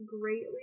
greatly